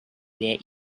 that